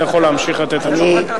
אתה יכול להמשיך לתת את התשובות.